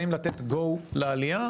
האם לתת "go" לעלייה,